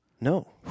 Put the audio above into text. No